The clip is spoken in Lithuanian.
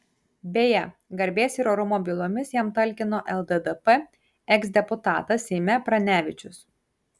beje garbės ir orumo bylomis jam talkino lddp eksdeputatas seime pranevičius